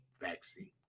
vaccine